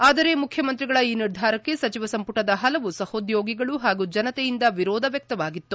ಆದರೆ ಮುಖ್ಯಮಂತ್ರಿಗಳ ಈ ನಿರ್ಧಾರಕ್ಷೆ ಸಚಿವ ಸಂಪುಟದ ಹಲವು ಸಹೋದ್ಯೋಗಿಗಳು ಹಾಗೂ ಜನತೆಯಿಂದ ವಿರೋಧ ವ್ಯಕ್ತವಾಗಿತ್ತು